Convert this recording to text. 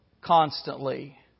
constantly